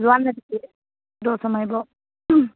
যোৱা দৌৰ চৌৰ মাৰিব